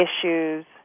issues